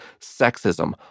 sexism